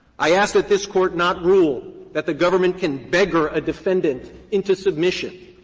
i ask that this court not rule that the government can beggar a defendant into submission.